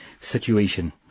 situation